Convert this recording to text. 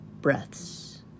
breaths